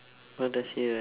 what does he ride